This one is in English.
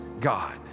God